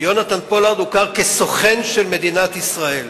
יהונתן פולארד הוכר כסוכן של מדינת ישראל,